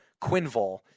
Quinville